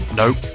nope